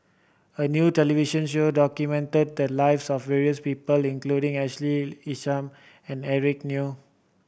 a new television show documented the lives of various people including Ashley Isham and Eric Neo